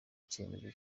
cyemezo